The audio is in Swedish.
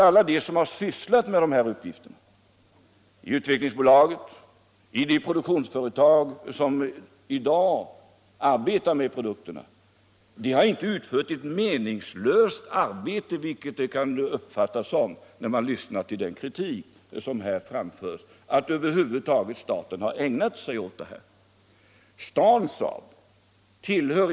Alla de som har sysslat med de här uppgifterna — 1 Utvecklingsaktiebolaget, i de produktionsföretag som i dag arbetar med produkterna — har inte utfört ett meningslöst arbete, vilket det kan uppfattas som när man lyssnar till den kritik som har framförts mot att staten över huvud taget har ägnat sig åt den här verksamheten.